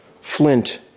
flint